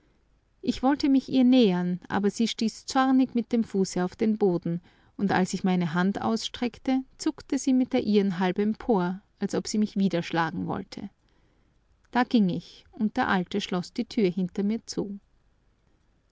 ich wollte mich ihr nähern aber sie stieß zornig mit dem fuße auf den boden und als ich meine hand ausstreckte zuckte sie mit der ihren halb empor als ob sie mich wieder schlagen wollte da ging ich und der alte schloß die tür hinter mir zu